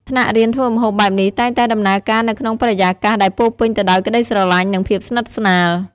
ថ្នាក់រៀនធ្វើម្ហូបបែបនេះតែងតែដំណើរការនៅក្នុងបរិយាកាសដែលពោរពេញទៅដោយក្តីស្រឡាញ់និងភាពស្និទ្ធស្នាល។